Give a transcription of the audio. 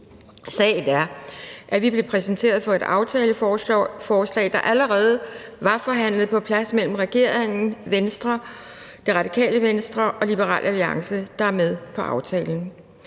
Sagen er, at vi blev præsenteret for et aftaleforslag, der allerede var forhandlet på plads mellem regeringen, Venstre, Radikale Venstre og Liberal Alliance, der er med i aftalen.